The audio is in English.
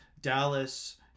Dallas